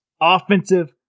Offensive